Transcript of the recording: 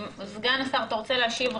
סגן השר, אתה רוצה להשיב?